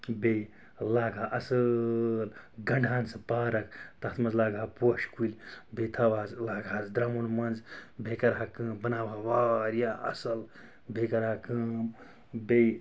بیٚیہِ لاگہٕ ہا اصۭل گَنٛڈٕ ہان سۄ پارَک تَتھ منٛز لاگہٕ ہا پوشہِ کُلۍ بیٚیہِ تھاوٕ ہاس لاگہٕ ہاس درٛمُن منٛز بیٚیہِ کَرٕ ہا کٲم بَناوٕ ہا واریاہ اصٕل بیٚیہِ کَرٕ ہا کٲم بیٚیہِ